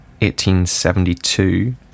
1872